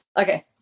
Okay